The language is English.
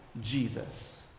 Jesus